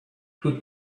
who